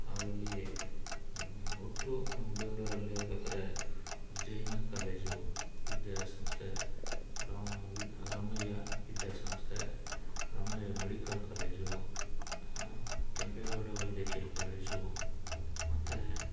ನಾವು ಇಲ್ಲಿ ಒಟ್ಟು ನಮ್ಮ ಬೆಂಗ್ಳೂರಲ್ಲಿ ಹೇಳ್ಬೇಕಾರೆ ಜೈನ ಕಾಲೇಜು ವಿದ್ಯಾಸಂಸ್ಥೆ ರಾ ವಿ ರಾಮಯ್ಯ ವಿದ್ಯಾಸಂಸ್ಥೆ ರಾಮಯ್ಯ ಮೆಡಿಕಲ್ ಕಾಲೇಜು ಕೆಂಪೇಗೌಡ ವೈದ್ಯಕೀಯ ಕಾಲೇಜು ಮತ್ತು